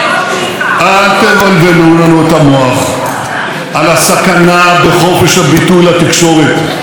אל תבלבלו לנו את המוח על הסכנה בחופש הביטוי לתקשורת בתקשורת,